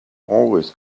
always